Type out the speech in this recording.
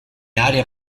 area